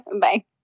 Bye